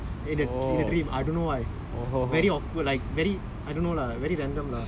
so நான் சொல்றது புரிதா:naan solrathu puritha and then I thought of the thing to give to Karuppasamy in the dream I don't know why